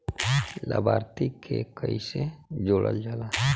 लभार्थी के कइसे जोड़ल जाला?